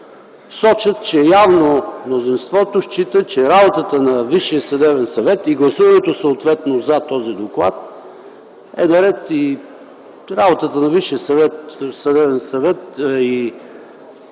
сочат, че явно мнозинството счита, че работата на Висшия съдебен съвет и гласуването съответно „за” този доклад, е наред. Работата на Висшия съдебен съвет и